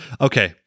Okay